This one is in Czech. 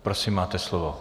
Prosím, máte slovo.